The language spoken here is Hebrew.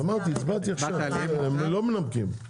הצבעתי עכשיו, הם לא מנמקים.